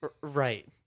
Right